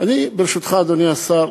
ברשותך, אדוני השר,